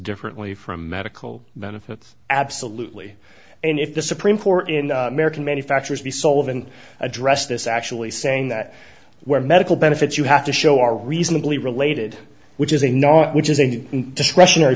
differently from medical benefits absolutely and if the supreme court in american manufacturers be solvent address this actually saying that where medical benefits you have to show are reasonably related which is a not which is a discretionary